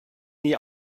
nie